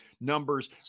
numbers